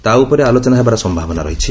ତା' ଉପରେ ଆଲୋଚନା ହେବାର ସମ୍ଭାବନା ରହିଛି